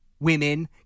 Women